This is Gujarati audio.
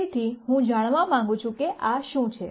તેથી હું જાણવા માંગુ છું કે આ શું છે